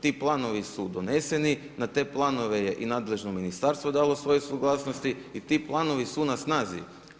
Ti planovi su doneseni, na te planove i nadležno ministarstvo dalo svoje suglasnosti i ti planovi su na snazi.